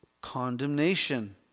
condemnation